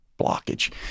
blockage